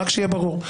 רק שיהיה ברור.